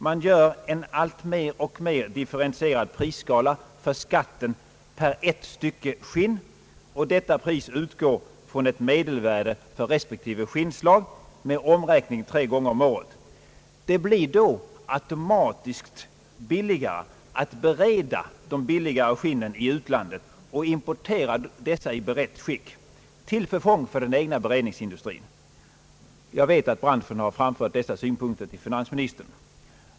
Man gör en allt mer och mer differentierad prisskala för skatten per ett stycke skinn, och detta pris utgår från ett medelvärde för respektive skinnslag med omräkning tre gånger om året. Det blir då automatiskt billigare att bereda de billigare skinnen i utlandet och importera dessa i berett skick till förfång för den egna beredningsindustrin. Jag vet att branschen har framfört dessa synpunkter till finansministern.